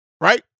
right